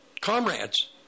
comrades